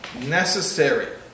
necessary